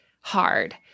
hard